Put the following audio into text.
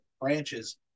branches